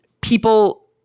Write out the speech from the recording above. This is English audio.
people